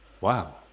Wow